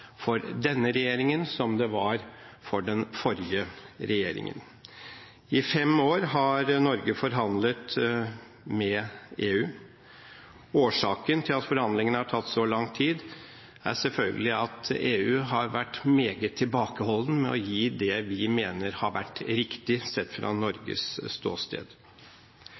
for denne regjeringen, som det var for den forrige regjeringen. I fem år har Norge forhandlet med EU. Årsaken til at forhandlingene har tatt så lang tid, er selvfølgelig at EU har vært meget tilbakeholden med å gi det vi mener har vært riktig, sett fra Norges ståsted.